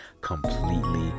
completely